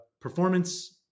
performance